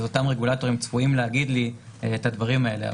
אז אותם רגולטורים צפויים להגיד לי את הדברים האלה.